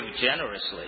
generously